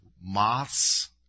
moths